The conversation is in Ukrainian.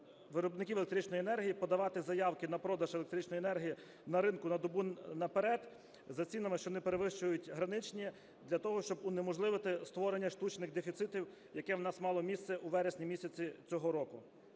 виробників електричної енергії подавати заявки на продаж електричної енергії на ринку на добу наперед за цінами, що не перевищують граничні, для того щоб унеможливити створення штучних дефіцитів, яке у нас мало місце у вересні місяці цього року.